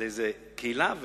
לאיזו קהילה,